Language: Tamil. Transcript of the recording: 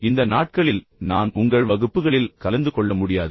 எனவே இந்த நாட்களில் நான் உங்கள் வகுப்புகளில் கலந்து கொள்ள முடியாது